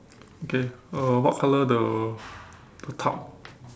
okay uh what colour the the tarp